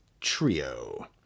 Trio